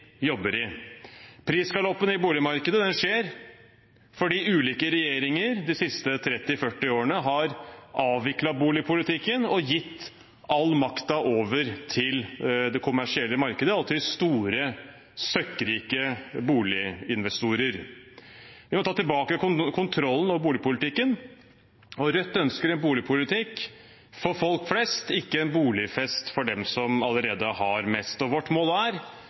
jobber i. Prisgaloppen i boligmarkedet skjer fordi ulike regjeringer de siste 30–40 årene har avviklet boligpolitikken og gitt all makten til det kommersielle markedet og til store, søkkrike boliginvestorer. Vi må ta tilbake kontrollen over boligpolitikken. Rødt ønsker en boligpolitikk for folk flest, ikke en boligfest for dem som allerede har mest. Vårt mål er